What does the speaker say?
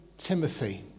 Timothy